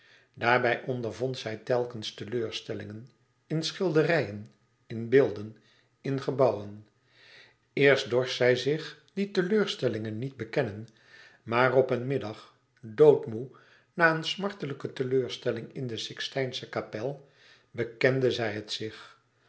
daarbij ondervond zij telkens teleurstellingen in schilderijen in beelden in gebouwen eerst dorst zij zich die teleurstellingen niet bekennen maar op een middag doodmoê na een smartelijke teleurstelling in de sixtynsche kapel bekende zij het zich